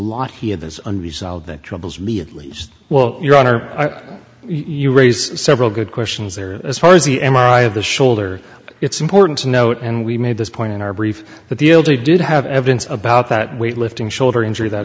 lot he has as unresolved that troubles me at least well your honor you raise several good questions there as far as the m r i of the shoulder it's important to note and we made this point in our brief that the l d did have evidence about that weight lifting shoulder injury that